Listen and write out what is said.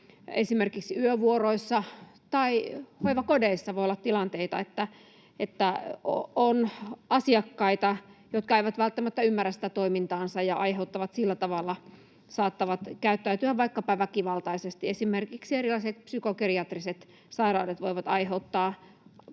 esimerkiksi yövuoroissa tai hoivakodeissa voi olla tilanteita, että on asiakkaita, jotka eivät välttämättä ymmärrä sitä toimintaansa ja saattavat käyttäytyä vaikkapa väkivaltaisesti. Esimerkiksi erilaiset psykogeriatriset sairaudet voivat aiheuttaa